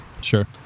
Sure